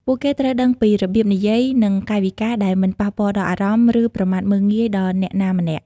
ពួកគេត្រូវដឹងពីរបៀបនិយាយ និងកាយវិការដែលមិនប៉ះពាល់ដល់អារម្មណ៍ ឬប្រមាថមើលងាយដល់អ្នកណាម្នាក់។